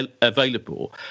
available